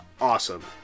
awesome